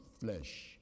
flesh